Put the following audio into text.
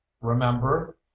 remember